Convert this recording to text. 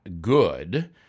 good